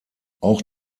auch